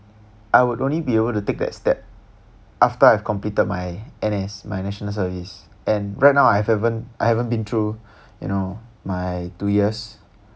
I would only be able to take that step after I've completed my N_S my national service and right now I haven't I haven't been through you know my two years